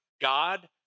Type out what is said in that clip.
God